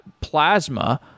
Plasma